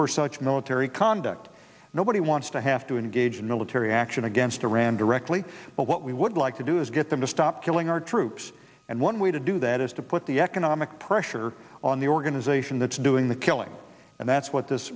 for such military conduct nobody wants to have to engage in military action against iran directly but what we would like to do is get them to stop killing our troops and one way to do that is to put the economic pressure on the organization that's doing the killing and that's what this